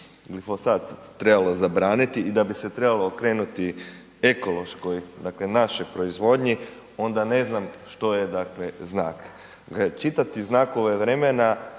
glifosat, trebalo zabraniti, i da bi se trebalo okrenuti ekološkoj, dakle našoj proizvodnji, onda ne znam što je dakle znak.